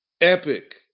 Epic